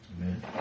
Amen